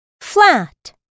Flat